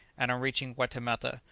and on reaching waitemata,